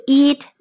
eat